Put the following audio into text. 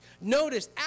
Notice